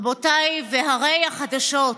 רבותיי, והרי החדשות: